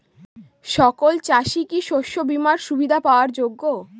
সকল চাষি কি শস্য বিমার সুবিধা পাওয়ার যোগ্য?